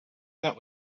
that